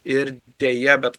ir deja bet